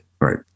right